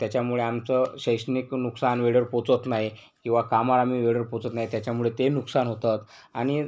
त्याच्यामुळे आमचं शैक्षणिक नुकसान वेळेवर पोचत नाही किंवा कामाला आम्ही वेळेवर पोचत नाही त्याच्यामुळे ते नुकसान होतं आणि